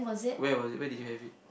where was it where did you have it